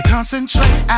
Concentrate